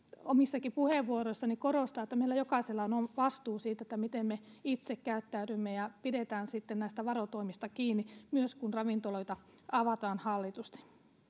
omissakin puheenvuoroissani korostaa sitä että meillä jokaisella on on vastuu siitä miten me itse käyttäydymme ja pidetään näistä varotoimista kiinni myös kun ravintoloita avataan hallitusti